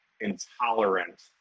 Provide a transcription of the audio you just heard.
intolerant